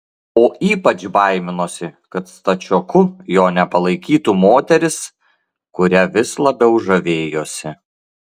o ypač baiminosi kad stačioku jo nepalaikytų moteris kuria vis labiau žavėjosi